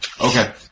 Okay